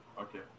Okay